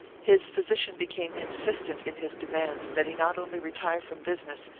his physician became insistent in his demands that he not only retire from business,